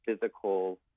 physical